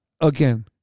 again